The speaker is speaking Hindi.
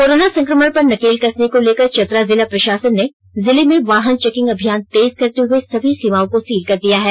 कोरोना संक्रमण पर नकेल कसने को लेकर चतरा जिला प्रशासन ने जिले में वाहन चेकिंग अभियान तेज करते हुए सभी सीमाओं को सील कर दिया है